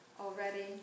already